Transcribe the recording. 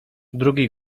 drugi